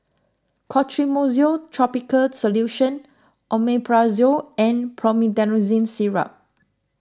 Clotrimozole Topical Solution Omeprazole and Promethazine Syrup